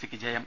സിക്ക് ജയം